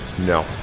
No